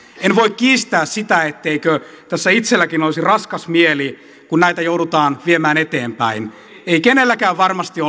en voi kiistää sitä etteikö tässä itselläkin olisi raskas mieli kun näitä joudutaan viemään eteenpäin ei kenelläkään varmasti